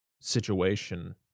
situation